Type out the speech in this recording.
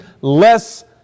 less